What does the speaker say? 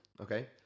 okay